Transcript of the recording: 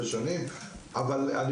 שנים סגן וממלא-מקום של ראש עיריית נתניה.